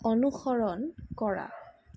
অনুসৰণ কৰা